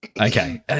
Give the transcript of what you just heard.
Okay